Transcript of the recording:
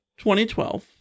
2012